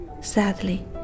Sadly